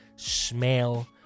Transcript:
Smell